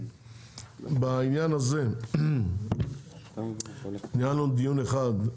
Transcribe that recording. בעניין הזה ניהלנו דיון אחד,